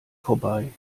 vorbei